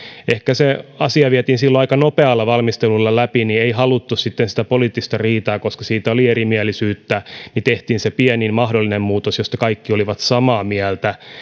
ehkä asia vietiin silloin aika nopealla valmistelulla läpi kun ei haluttu sitä poliittista riitaa koska siitä oli erimielisyyttä niin tehtiin se pienin mahdollinen muutos josta kaikki olivat samaa mieltä